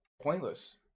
pointless